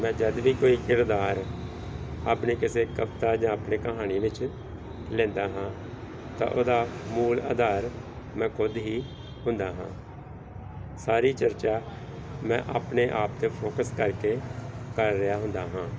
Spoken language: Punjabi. ਮੈਂ ਜਦ ਵੀ ਕੋਈ ਕਿਰਦਾਰ ਆਪਣੀ ਕਿਸੇ ਕਵਿਤਾ ਜਾਂ ਆਪਣੀ ਕਹਾਣੀ ਵਿੱਚ ਲੈਂਦਾ ਹਾਂ ਤਾਂ ਉਹਦਾ ਮੂਲ ਆਧਾਰ ਮੈਂ ਖੁਦ ਹੀ ਹੁੰਦਾ ਹਾਂ ਸਾਰੀ ਚਰਚਾ ਮੈਂ ਆਪਣੇ ਆਪ 'ਤੇ ਫੋਕਸ ਕਰਕੇ ਕਰ ਰਿਹਾ ਹੁੰਦਾ ਹਾਂ